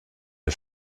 der